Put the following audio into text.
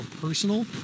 personal